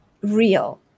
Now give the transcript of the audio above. real